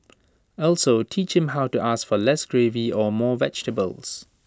also teach him how to ask for less gravy or more vegetables